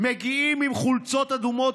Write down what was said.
הם מגיעים עם חולצות אדומות